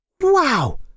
Wow